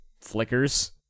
flickers